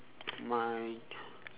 mine